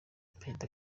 perezida